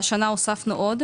השנה הוספנו עוד,